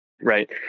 right